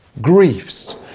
griefs